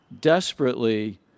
desperately